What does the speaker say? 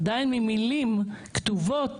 עדיין אין מילים כתובות,